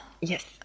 yes